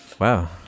Wow